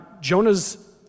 Jonah's